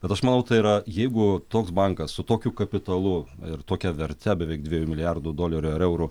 bet aš manau tai yra jeigu toks bankas su tokiu kapitalu ir tokia verte beveik dviejų milijardų dolerių ar eurų